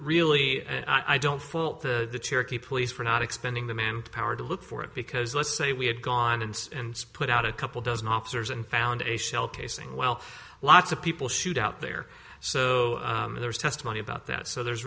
really i don't fault the cherokee police for not expanding the manpower to look for it because let's say we had gone and put out a couple dozen officers and found a shell casing well lots of people shoot out there so there's testimony about that so there's